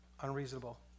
unreasonable